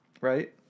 Right